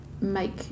make